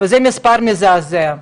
וזה מספר מזעזע,